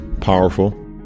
powerful